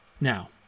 Now